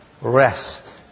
rest